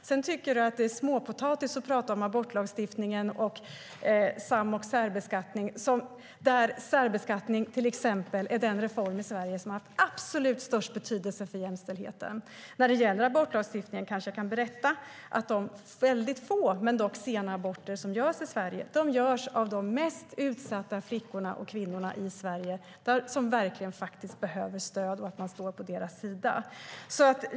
Sedan tycker du att det är småpotatis att prata om abortlagstiftningen och sam och särbeskattning. Särbeskattningen är den reform i Sverige som haft absolut störst betydelse för jämställdheten. När det gäller abortlagstiftningen kanske jag kan berätta att de väldigt få sena aborter som görs i Sverige görs på de mest utsatta flickorna och kvinnorna, som verkligen behöver stöd och är i behov av att man står på deras sida.